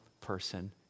person